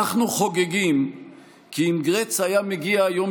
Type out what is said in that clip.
אנחנו חוגגים כי אם גרץ היה מגיע היום